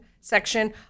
section